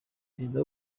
perezida